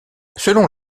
selon